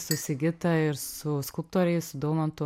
su sigita ir su skulptoriais su daumantu